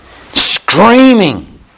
Screaming